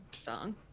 song